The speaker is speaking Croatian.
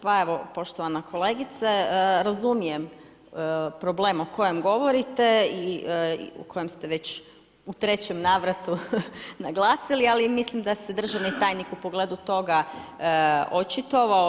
Pa evo, poštovana kolegice, razumijem problem o kojem govorite i o kojem ste već u trećem navratu naglasili, ali mislim da se državni tajnik u pogledu toga očitovao.